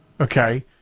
Okay